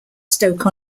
stoke